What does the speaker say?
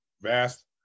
vast